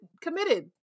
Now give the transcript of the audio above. committed